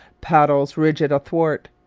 paddles rigid athwart.